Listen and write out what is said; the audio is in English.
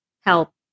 help